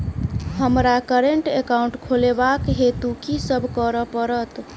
हमरा current account खोलेवाक हेतु की सब करऽ पड़त?